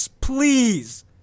please